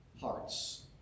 hearts